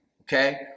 Okay